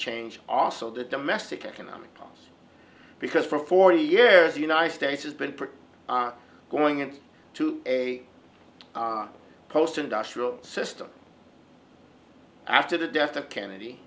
change also the domestic economic problems because for forty years the united states has been pretty going in to a post industrial system after the death of kennedy